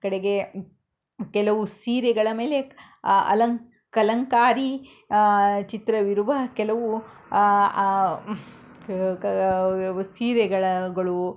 ಕಡೆಗೆ ಕೆಲವು ಸೀರೆಗಳ ಮೇಲೆ ಅ ಅಲಂ ಕಲಂಕಾರಿ ಚಿತ್ರವಿರುವ ಕೆಲವು ಸೀರೆಗಳ ಗಳು